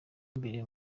imbere